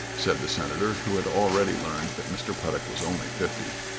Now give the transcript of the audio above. said the senator who had already learned that mr. puttock was only fifty.